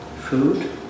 food